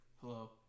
hello